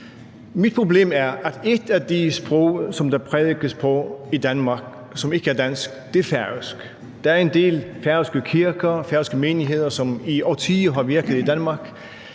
Mit problem er, at et af de sprog, som der prædikes på i Danmark, og som ikke er dansk, er færøsk. Der er en del færøske kirker og menigheder, som i årtier har virket i Danmark.